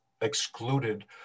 excluded